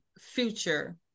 future